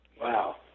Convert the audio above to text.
Wow